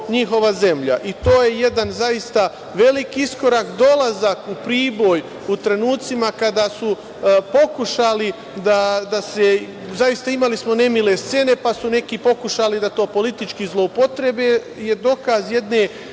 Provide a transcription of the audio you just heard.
je jedan veliki iskorak. Dolazak u Priboj, u trenucima kada su pokušali, zaista imali smo nemile scene, pa su neki pokušali da to politički zloupotrebe je dokaz jedne